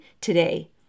today